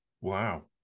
wow